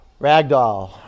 Ragdoll